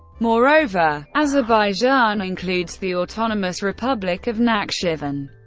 moreover, azerbaijan includes the autonomous republic of nakhchivan.